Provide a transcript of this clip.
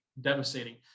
devastating